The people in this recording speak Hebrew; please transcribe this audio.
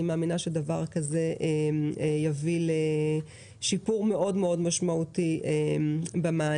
אני מאמינה שדבר כזה יביא לשיפור מאוד מאוד משמעותי במענה.